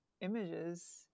images